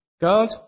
God